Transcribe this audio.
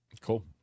Cool